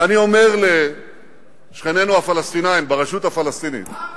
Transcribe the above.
ואני אומר לשכנינו הפלסטינים ברשות הפלסטינית: